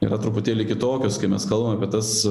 yra truputėlį kitokios kai mes kalbam apie tas